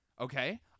Okay